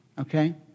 okay